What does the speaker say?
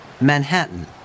Manhattan